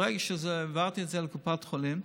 ברגע שהעברתי את זה לקופות חולים,